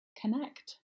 connect